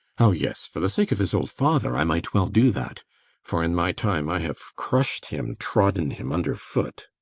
oh yes, for the sake of his old father i might well do that for in my time i have crushed him, trodden him under foot